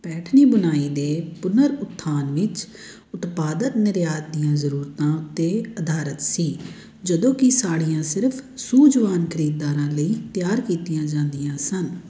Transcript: ਪੈਠਣੀ ਬੁਣਾਈ ਦੇ ਪੁਨਰ ਉੱਥਾਨ ਵਿੱਚ ਉਤਪਾਦਨ ਨਿਰਯਾਤ ਦੀਆਂ ਜ਼ਰੂਰਤਾਂ ਉੱਤੇ ਅਧਾਰਿਤ ਸੀ ਜਦੋਂ ਕਿ ਸਾੜੀਆਂ ਸਿਰਫ਼ ਸੂਝਵਾਨ ਖਰੀਦਦਾਰਾਂ ਲਈ ਤਿਆਰ ਕੀਤੀਆਂ ਜਾਂਦੀਆਂ ਸਨ